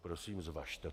Prosím, zvažte to.